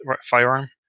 firearm